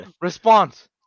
response